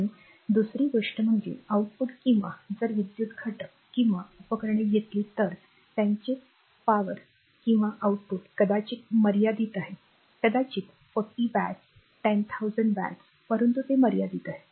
आणि दुसरी गोष्ट म्हणजे आउटपुट किंवा जर विद्युत घटक किंवा उपकरणे घेतली तर त्यांचे पी किंवा आउटपुट कदाचित मर्यादित आहे कदाचित 40 वॅट्स 1000 वॅट्स परंतु ते मर्यादित आहे